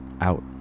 out